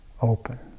open